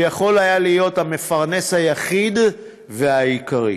שיכול היה להיות המפרנס היחיד והעיקרי.